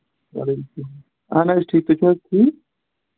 وعلیکُم اہن حظ ٹھیٖک تُہۍ چھِو حظ ٹھیٖک